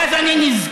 ואז אני נזכר,